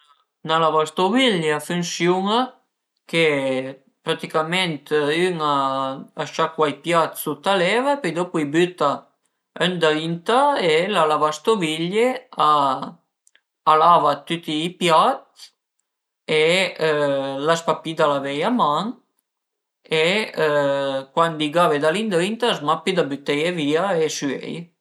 Üna lavastoviglie a funsiun-a che praticament ün a sciacua i piat sut a l'eva e pöi dopu a i büta ëndrinta e la lavastoviglie a lava tüti i piat e l'as papì da lavaie a man e cuandi i gave da li ëndrinta l'as mach pi da büteie vìa e da süeie